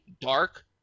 dark